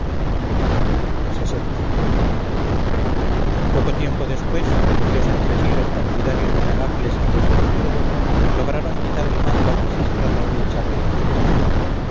antiguo poco tiempo después unidos entre sí los partidarios de megacles y los de licurgo lograron quitar el mando a pisístrato y echarlo de atenas